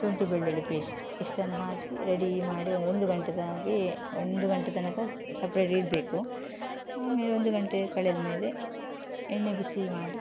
ಶುಂಠಿ ಬೆಳ್ಳುಳ್ಳಿ ಪೇಶ್ಟ್ ಇಷ್ಟನ್ನು ಹಾಕಿ ರೆಡೀ ಮಾಡಿ ಒಂದು ಒಂದು ಗಂಟೆತಾಗಿ ಒಂದು ಗಂಟೆ ತನಕ ಸಪ್ರೇಟ್ ಇಡಬೇಕು ಆಮೇಲೆ ಒಂದು ಗಂಟೆ ಕಳೆದಮೇಲೆ ಎಣ್ಣೆ ಬಿಸಿ ಮಾಡಿ